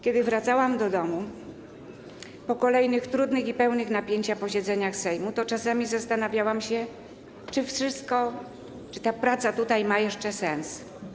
Kiedy wracałam do domu po kolejnych trudnych i pełnych napięcia posiedzeniach Sejmu, to czasami zastanawiałam się, czy to wszystko, czy ta praca tutaj ma jeszcze sens.